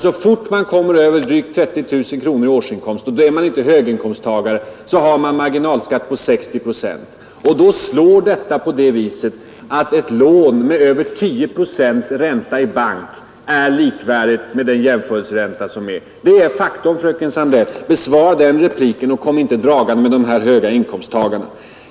Så fort man kommer över drygt 30 000 kronor i årsinkomst — och då är man inte höginkomsttagare — har man en marginalskatt på 60 procent, och detta slår på det viset att över 10 procents ränta på ett lån i bank är likvärdigt med den jämförelseränta det här är fråga om. Det är ett faktum, fröken Sandell. Besvara den repliken och kom inte dragande med de här höga inkomsttagarna.